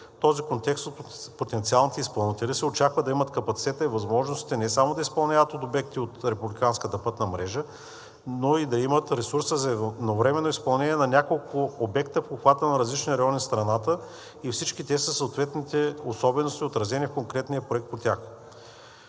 този контекст от потенциалните изпълнители се очаква да имат капацитета и възможностите не само да изпълняват обекти от републиканската пътна мрежа, но и да имат ресурса за навременно изпълнение на няколко обекта в обхвата на различни райони в страната и всички те със съответните особености, отразени в конкретния проект по тях.